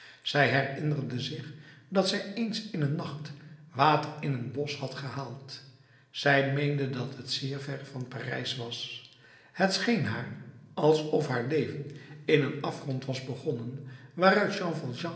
zij herinnerde zich dat zij eens in een nacht water in een bosch had gehaald zij meende dat het zeer ver van parijs was het scheen haar alsof haar leven in een afgrond was begonnen waaruit